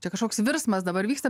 čia kažkoks virsmas dabar vyksta